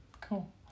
Cool